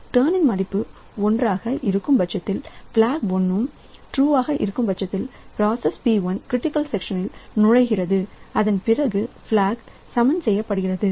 டர்ன்நின் மதிப்பு ஒன்றாக இருக்கும் பட்சத்தில் பிளாக் i இம் ட்ரூ இருக்கும் பட்சத்தில் ப்ராசஸ் P1 கிரிட்டிக்கல் செக்ஷனில் நுழைகிறது அதன்பிறகு பிளாக் சமன் செய்யப்படுகிறது